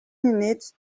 needs